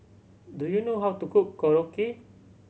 do you know how to cook Korokke